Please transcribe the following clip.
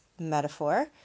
metaphor